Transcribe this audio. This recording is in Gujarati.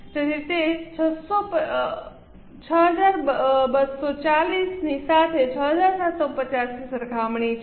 તેથી તે 6240 ની સાથે 6750 ની સરખામણી છે